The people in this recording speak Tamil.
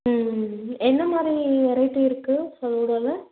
ம் எந்த மாதிரி வெரைட்டி இருக்குது சொல்லிடுங்க